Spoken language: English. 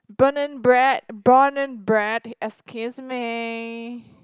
born and bred born and bred excuse me